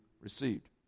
received